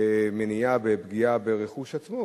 מניעה בפגיעה ברכוש עצמו,